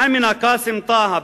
אמינה קאסים טאהא,